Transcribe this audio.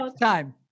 Time